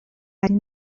این